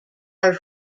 are